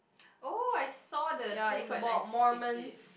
oh I saw the thing but I skip it